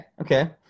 Okay